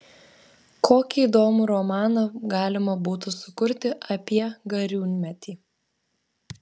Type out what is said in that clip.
kokį įdomų romaną galima būtų sukurti apie gariūnmetį